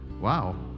wow